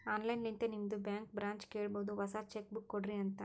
online ಲಿಂತೆ ನಿಮ್ದು bank ಬ್ರ್ಯಾಂಚ್ಗ ಕೇಳಬೋದು ಹೊಸಾ ಚೆಕ್ ಬುಕ್ ಕೊಡ್ರಿ ಅಂತ್